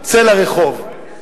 צא לרחוב,